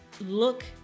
look